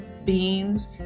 Beans